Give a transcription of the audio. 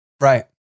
Right